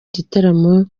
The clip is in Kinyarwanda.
gitaramo